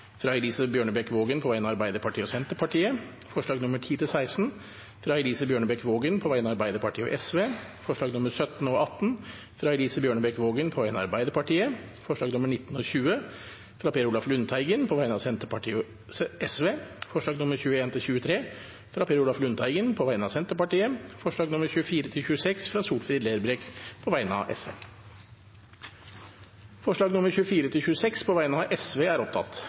fra Elise Bjørnebekk-Waagen på vegne av Arbeiderpartiet og Senterpartiet forslagene nr. 10–16, fra Elise Bjørnebekk-Waagen på vegne av Arbeiderpartiet og Sosialistisk Venstreparti forslagene nr. 17 og 18, fra Elise Bjørnebekk-Waagen på vegne av Arbeiderpartiet forslagene nr. 19 og 20, fra Per Olaf Lundteigen på vegne av Senterpartiet og Sosialistisk Venstreparti forslagene nr. 21–23, fra Per Olaf Lundteigen på vegne av Senterpartiet forslagene nr. 24–26, fra Solfrid Lerbrekk på vegne av Sosialistisk Venstreparti Det voteres over forslagene nr. 24–26, fra Sosialistisk Venstreparti. Forslag nr. 24 lyder: «Stortinget ber regjeringen fremme forslag om lovfestet rett til